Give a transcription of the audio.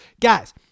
guys